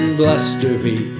blustery